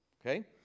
Okay